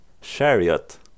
chariot